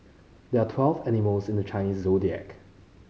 there are twelve animals in the Chinese Zodiac